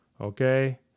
Okay